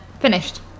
finished